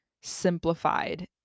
simplified